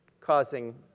causing